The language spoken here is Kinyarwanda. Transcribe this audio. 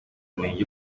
kumenya